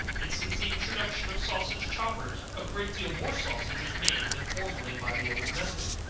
and since the introduction of sausage choppers, a great deal more sausage is made, than formerly, by the old method.